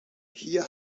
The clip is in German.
hier